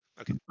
Okay